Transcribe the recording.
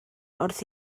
wrth